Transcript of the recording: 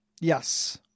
Yes